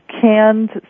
canned